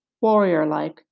warrior-like